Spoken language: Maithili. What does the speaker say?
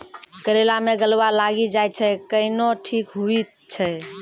करेला मे गलवा लागी जे छ कैनो ठीक हुई छै?